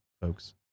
folks